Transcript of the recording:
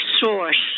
source